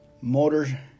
motor